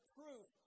proof